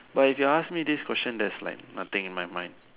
but if you ask me this question there is like nothing in my mind